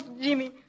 Jimmy